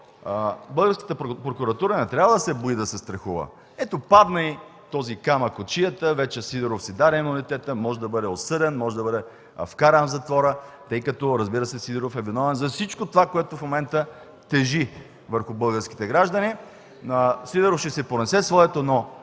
Българската прокуратура не трябва да се бои, да се страхува. Ето, падна й този камък от шията – вече Сидеров си даде имунитета, може да бъде осъден, може да бъде вкаран в затвора, тъй като, разбира се, Сидеров е виновен за всичко това, което в момента тежи върху българските граждани, Сидеров ще си понесе своето.